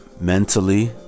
mentally